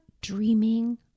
dreaming